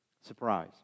Surprise